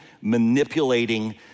manipulating